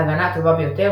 ההגנה הטובה ביותר,